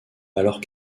alors